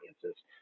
audiences